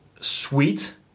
sweet